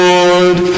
Lord